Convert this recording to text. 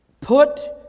put